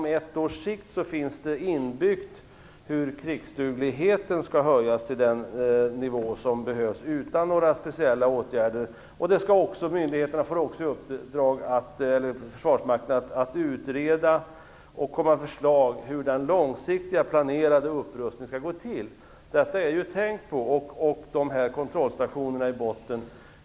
Det finns inbyggt hur krigsdugligheten inom ett års sikt skall höjas till den nivå som behövs utan några speciella åtgärder, och Försvarsmakten får också i uppdrag att utreda och komma med förslag om hur den långsiktiga, planerade upprustningen skall gå till. Detta har man tänkt på, och man har kontrollstationerna i botten.